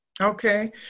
Okay